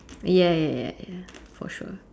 ya ya ya ya for sure